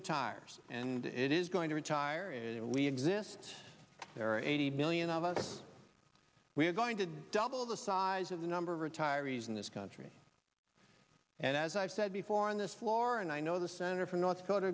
retires and it is going to retire and we exist there are eighty million of us we are going to double the size of the number of retirees in this country and as i've said before on this floor and i know the senator from north dakota